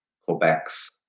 Quebec's